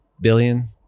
billion